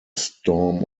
storm